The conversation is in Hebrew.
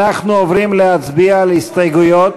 אנחנו עוברים להצביע על הסתייגויות,